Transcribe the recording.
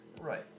Right